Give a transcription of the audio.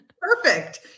Perfect